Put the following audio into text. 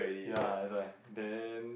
ya is like then